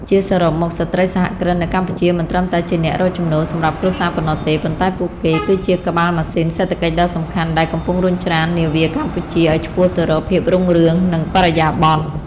ជាសរុបមក ស្ត្រីសហគ្រិននៅកម្ពុជាមិនត្រឹមតែជាអ្នករកចំណូលសម្រាប់គ្រួសារប៉ុណ្ណោះទេ ប៉ុន្តែពួកគេគឺជាក្បាលម៉ាស៊ីនសេដ្ឋកិច្ចដ៏សំខាន់ដែលកំពុងរុញច្រាននាវាកម្ពុជាឱ្យឆ្ពោះទៅរកភាពរុងរឿង និងបរិយាបន្ន។